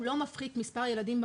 הוא לא מפחית ממספר הילדים במעון,